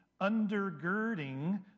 undergirding